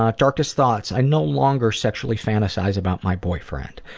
ah darkest thoughts? i no longer sexually fantasize about my boyfriend.